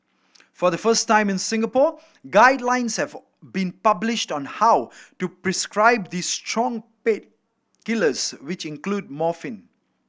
for the first time in Singapore guidelines have been published on how to prescribe these strong painkillers which include morphine